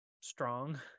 strong